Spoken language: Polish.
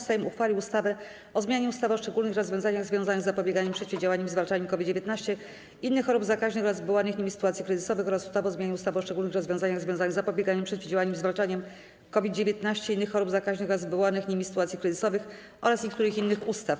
Sejm uchwalił ustawę o zmianie ustawy o szczególnych rozwiązaniach związanych z zapobieganiem, przeciwdziałaniem i zwalczaniem COVID-19, innych chorób zakaźnych oraz wywołanych nimi sytuacji kryzysowych oraz ustawy o zmianie ustawy o szczególnych rozwiązaniach związanych z zapobieganiem, przeciwdziałaniem i zwalczaniem COVID-19, innych chorób zakaźnych oraz wywołanych nimi sytuacji kryzysowych oraz niektórych innych ustaw.